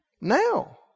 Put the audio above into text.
Now